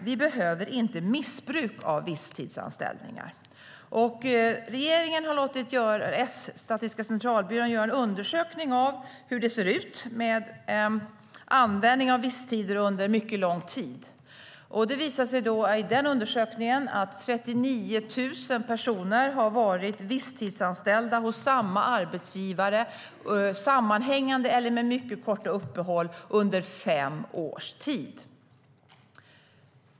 Vi behöver inte missbruk av visstidsanställningar. Regeringen har låtit Statistiska centralbyrån göra en undersökning av hur det ser ut med användning av visstider under mycket lång tid. Det visade sig i den undersökningen att 39 000 personer har varit visstidsanställda hos samma arbetsgivare sammanhängande eller med mycket korta uppehåll under fem års tid.